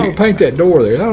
um paint that door there.